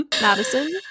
madison